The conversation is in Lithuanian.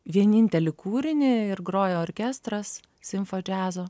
vienintelį kūrinį ir grojo orkestras simfa džiazo